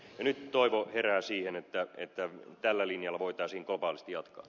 nyt toivo herää siihen että tällä linjalla voitaisiin globaalisti jatkaa